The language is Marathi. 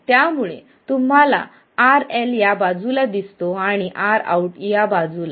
त्यामुळे तुम्हाला RL या बाजूला दिसतो आणि Rout या बाजूला